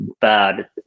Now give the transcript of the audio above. bad